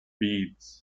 beads